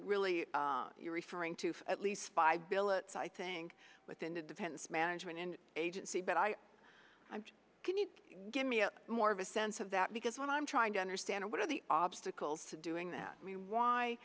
really you're referring to at least five billets i think within the depends management in agency but i can you give me a more of a sense of that because when i'm trying to understand what are the obstacles to doing that i mean why